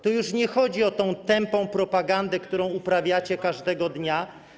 To już nie chodzi o tę tępą propagandę, którą uprawiacie każdego dnia.